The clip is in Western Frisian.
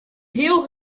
heel